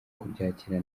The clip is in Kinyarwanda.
kubyakira